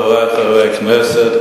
חברי חברי הכנסת,